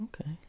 okay